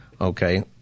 okay